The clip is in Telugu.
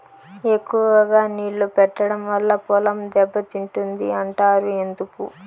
ఎక్కువగా నీళ్లు పెట్టడం వల్ల పొలం దెబ్బతింటుంది అంటారు ఎందుకు?